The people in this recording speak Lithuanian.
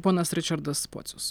ponas ričardas pocius